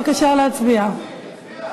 בבקשה להצביע.